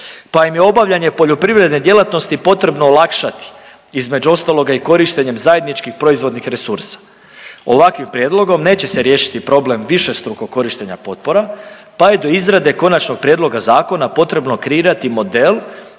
pa im je obavljanje poljoprivredne djelatnosti potrebno olakšati. Između ostaloga i korištenjem zajedničkih proizvodnih resursa. Ovakvim prijedlogom neće se riješiti problem višestrukog korištenja potpora pa je do izrade konačnog prijedloga zakona potrebno kreirati model